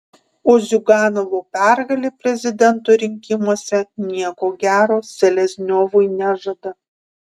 o ziuganovo pergalė prezidento rinkimuose nieko gero selezniovui nežada